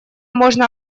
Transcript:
можно